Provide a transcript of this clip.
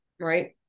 right